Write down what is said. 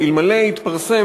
אלא התפרסם,